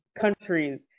countries